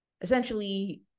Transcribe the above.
essentially